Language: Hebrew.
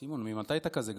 סימון, ממתי אתה כזה גבוה?